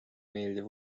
meeldiv